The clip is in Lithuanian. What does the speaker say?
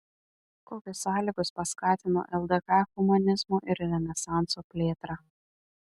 kokios sąlygos paskatino ldk humanizmo ir renesanso plėtrą